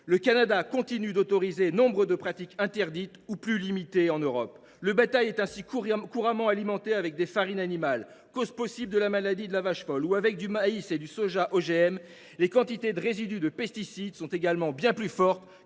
le Canada continue d’autoriser nombre de pratiques interdites ou plus limitées en Europe. Le bétail est ainsi couramment alimenté avec des farines animales, cause possible de la maladie de la vache folle, ou bien avec du maïs et du soja génétiquement modifiés. Les quantités de résidus de pesticides sont également bien supérieures